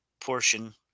portion